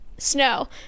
snow